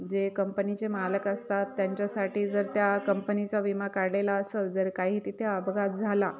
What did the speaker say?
जे कंपनीचे मालक असतात त्यांच्यासाठी जर त्या कंपनीचा विमा काढलेला असेल जर काही तिथे अपघात झाला